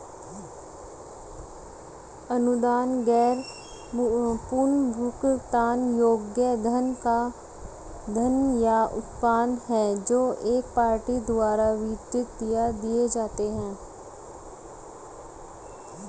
अनुदान गैर पुनर्भुगतान योग्य धन या उत्पाद हैं जो एक पार्टी द्वारा वितरित या दिए जाते हैं